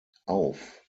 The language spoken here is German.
auf